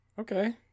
Okay